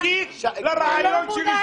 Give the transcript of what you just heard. זה נותן לך נקודות שליליות.